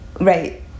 Right